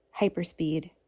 hyperspeed